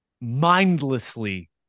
mindlessly